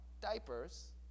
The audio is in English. diapers